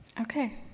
Okay